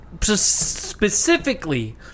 specifically